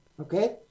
Okay